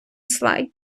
слайд